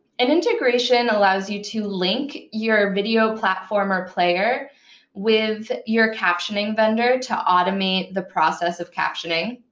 an integration allows you to link your video platform or player with your captioning vendor to automate the process of captioning.